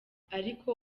ariko